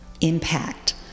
impact